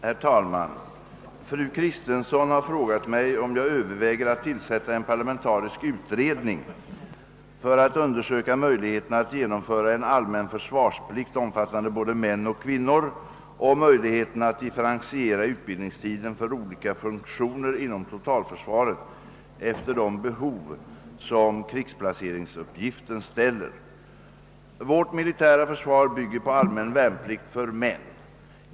Herr talman! Fru Kristensson har frågat mig, om jag överväger att tillsätta en parlamentarisk utredning för att undersöka möjligheten att genomföra en allmän försvarsplikt omfattande både män och kvinnor och möjligheten att differentiera utbildningstiden för olika funktioner inom totalförsvaret efter de behov som krigsplaceringsuppgiften ställer. Vårt militära försvar bygger på allmän värnplikt för män.